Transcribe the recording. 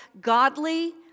godly